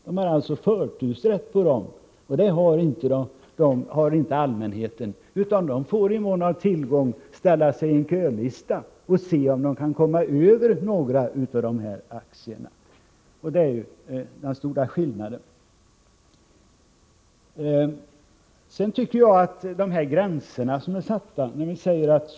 De har alltså förtursrätt till dem, och det har inte allmänheten. De får i mån av tillgång sätta upp sig på kölista och se om de kan komma över några av aktierna. Det är den stora skillnaden. Vi talar om gränser på 20 90.